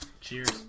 Cheers